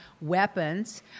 weapons